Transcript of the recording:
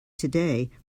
today